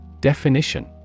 Definition